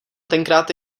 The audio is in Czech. tenkráte